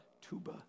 tuba